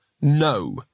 No